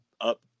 up